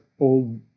old